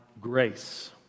grace